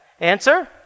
Answer